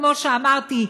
כמו שאמרתי,